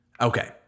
Okay